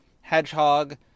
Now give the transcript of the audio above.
hedgehog